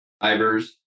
fibers